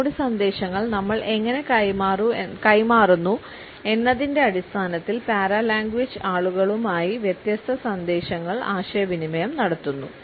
നമ്മുടെ സന്ദേശങ്ങൾ നമ്മൾ എങ്ങനെ കൈമാറുന്നു എന്നതിന്റെ അടിസ്ഥാനത്തിൽ പാരലാംഗ്വേജ് ആളുകളുമായി വ്യത്യസ്ത സന്ദേശങ്ങൾ ആശയവിനിമയം നടത്തുന്നു